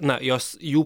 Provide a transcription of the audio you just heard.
na jos jų